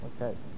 okay